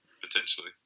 Potentially